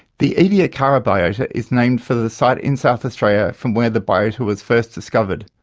the ediacara biota is named for the site in south australia from where the biota was first discovered,